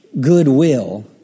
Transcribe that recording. goodwill